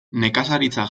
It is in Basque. nekazaritza